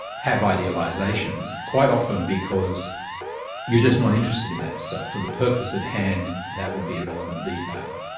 have idealisations, quite often because you're just not interested in that stuff. for the purpose at hand, that would be irrelevant detail.